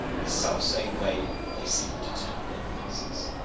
the selfsame way they seem to turn their faces.